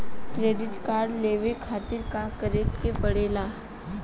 Credit card लेवे खातिर का करे के पड़ेला?